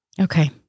Okay